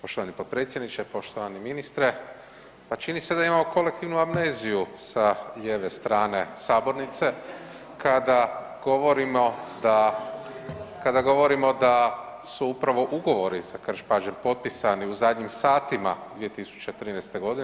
Poštovani potpredsjedniče, poštovani ministre, pa čini se da imamo kolektivnu amneziju sa lijeve strane sabornice kada govorimo da, kada govorimo da su upravo ugovori za Krš-Pađen potpisani u zadnjim satima 2013. godine.